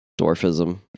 dwarfism